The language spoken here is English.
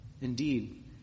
Indeed